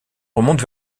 remonte